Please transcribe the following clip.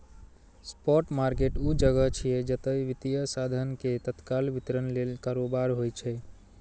spot market ऊ जगह छियै, जतय वित्तीय साधन के तत्काल वितरण लेल कारोबार होइ छै